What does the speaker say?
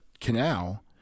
canal